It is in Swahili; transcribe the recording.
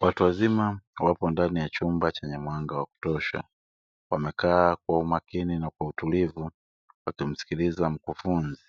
Watu wazima wapo ndani ya chumba chenye mwanga wa kutosha wamekaa kwa umakini na kwa utulivu wakimskiliza mkufunzi